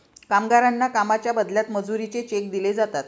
कामगारांना कामाच्या बदल्यात मजुरीचे चेक दिले जातात